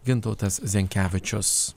gintautas zenkevičius